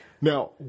Now